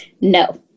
No